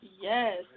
Yes